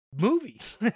movies